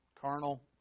carnal